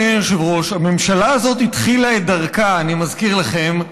הממשלה הזאת התחילה את דרכה, אני מזכיר לכם,